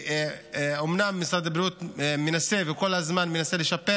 שאומנם משרד הבריאות כל הזמן מנסה לשפר